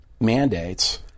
mandates